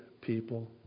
people